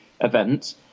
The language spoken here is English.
events